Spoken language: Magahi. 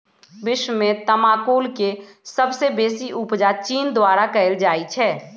विश्व में तमाकुल के सबसे बेसी उपजा चीन द्वारा कयल जाइ छै